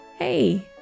Hey